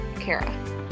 Kara